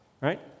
right